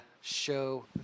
show